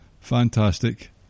Fantastic